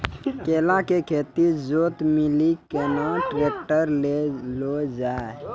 केला के खेत जोत लिली केना ट्रैक्टर ले लो जा?